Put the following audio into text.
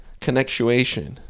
connectuation